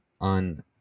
on